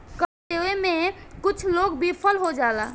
कर देबे में कुछ लोग विफल हो जालन